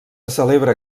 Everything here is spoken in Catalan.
celebra